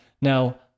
Now